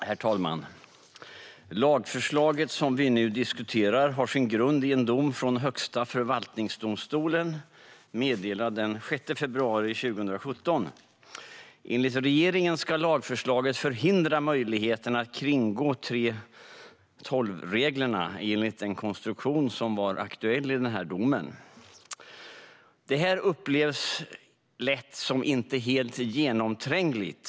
Herr talman! Det lagförslag som vi nu diskuterar har sin grund i en dom i Högsta förvaltningsdomstolen, meddelad den 6 februari 2017. Enligt regeringen ska lagförslaget förhindra möjligheten att kringgå 3:12-reglerna enligt den konstruktion som var aktuell i denna dom. Detta upplevs lätt som inte helt genomträngligt.